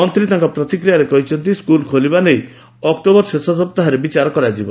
ମନ୍ତୀ ତାଙ୍କ ପ୍ରତିକ୍ରିୟାରେ କହିଛନ୍ତି ସ୍କୁଲ୍ ଖୋଳିବା ନେଇ ଅକ୍ଯୋବର ଶେଷ ସପ୍ତାହରେ ବିଚାର ହେବ